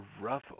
rough